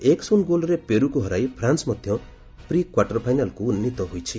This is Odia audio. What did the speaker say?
ଏକ ଶୃନ୍ ଗୋଲ୍ରେ ପେରୁକୁ ହରାଇ ଫ୍ରାନ୍ ମଧ୍ୟ ପ୍ରିକ୍ପାର୍ଟର ଫାଇନାଲ୍କୁ ଉନ୍ନିତ ହୋଇଛି